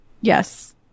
Yes